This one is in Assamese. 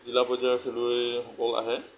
জিলা পৰ্যায়ৰ খেলুৱৈসকল আহে